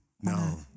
no